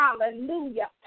Hallelujah